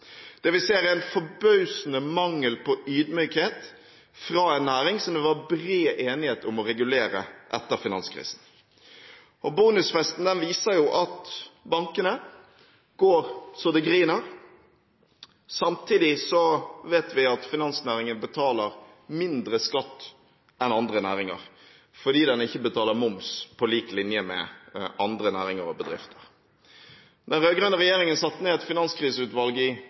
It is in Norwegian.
Det vi ser, er en forbausende mangel på ydmykhet fra en næring som det var bred enighet om å regulere etter finanskrisen. Bonusfesten viser jo at bankene går så det griner. Samtidig vet vi at finansnæringen betaler mindre skatt enn andre næringer, fordi den ikke betaler moms på lik linje med andre næringer og bedrifter. Den rød-grønne regjeringen satte ned Finanskriseutvalget i